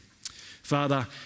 Father